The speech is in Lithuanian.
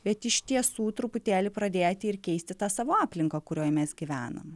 bet iš tiesų truputėlį pradėti ir keisti tą savo aplinką kurioj mes gyvenam